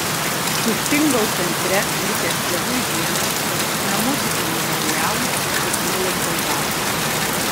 sustingau centre likęs vienui vienas tarp namudinių memorialų ir nulenkiau galvą